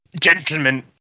Gentlemen